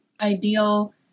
ideal